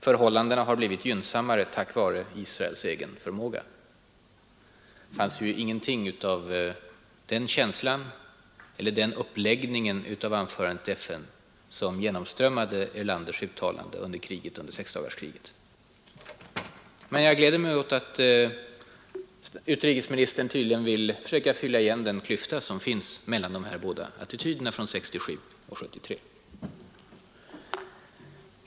Förhållandena har blivit gynnsammare tack vare Israels egen förmåga ———.” Ingenting av den känsla eller den uppläggning som genomströmmade Tage Erlanders uttalande under sexdagarskriget fanns ju i anförandet i FN. Men jag gläder mig åt att utrikesministern tydligen vill försöka fylla igen den klyfta som finns mellan de båda attityderna från 1967 och 1973.